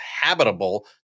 habitable